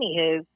anywho